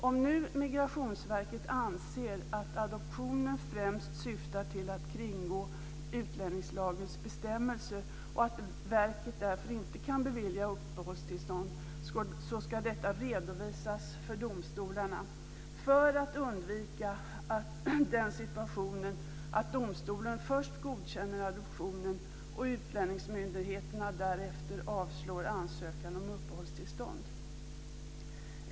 Om Migrationsverket anser att adoptionen främst syftar till att kringgå utlänningslagens bestämmelser och att verket därför inte kan bevilja uppehållstillstånd ska detta redovisas för domstolarna, detta för att undvika den situationen att domstolen först godkänner adoptionen och utlänningsmyndigheterna därefter avslår ansökan om uppehållstillstånd.